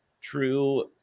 true